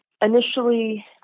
Initially